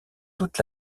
toute